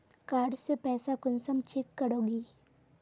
Card से पैसा कुंसम चेक करोगी?